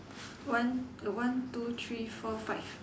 one one two three four five